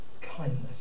kindness